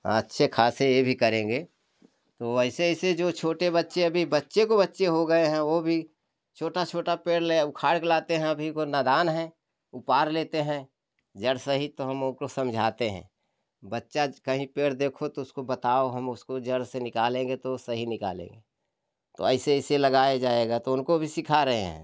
अच्छे खासे ये भी करेंगे वैसे ऐसे जो छोटे बच्चे अभी बच्चे के बच्चे हो गए हैं वो भी छोटा छोटा पेड़ ले उखाड़ के लाते हैं अभी वो नादान है उपार लेते हैं जड़ सहित तो हम उको समझाते हैं बच्चा कहीं पेड़ देखो तो उसको बताओ हम उसको जड़ से निकालेंगे तो सही निकालेंगे तो ऐसे ऐसे लगाया जाएगा तो उनको भी सीखा रहे हैं